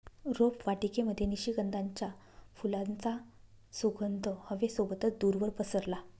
रोपवाटिकेमध्ये निशिगंधाच्या फुलांचा सुगंध हवे सोबतच दूरवर पसरला